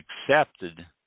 accepted